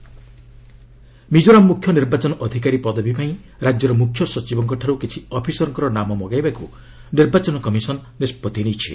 ECI Mizoram Mizoram ମୁଖ୍ୟ ନିର୍ବାଚନ ଅଧିକାରୀ ପଦବୀ ପାଇଁ ରାଜ୍ୟର ମୁଖ୍ୟ ସଚିବଙ୍କଠାରୁ କିଛି ଅଫିସରଙ୍କ ନାମ ମଗେଇବାକୁ ନିର୍ବାଚନ କମିଶନ୍ ନିଷ୍ପଭି ନେଇଛି